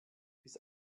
bis